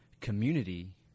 community